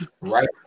Right